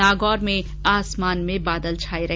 नागौर में आसमान में बादल छाये रहे